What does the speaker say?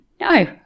No